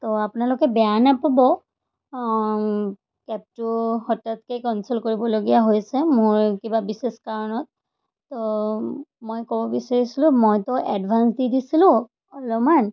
তো আপোনালোকে বেয়া নোপাব কেবটো হঠাতে কেঞ্চেল কৰিবলগীয়া হৈছে মোৰ কিবা বিশেষ কাৰণত তো মই ক'ব বিচাৰিছিলোঁ মইতো এডভাঞ্চ দি দিছিলোঁ অলপমান